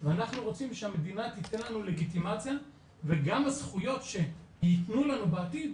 ואנחנו רוצים שהמדינה תיתן לנו לגיטימציה וגם הזכויות שיתנו לנו בעתיד,